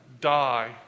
die